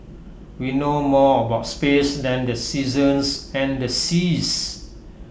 we know more about space than the seasons and the seas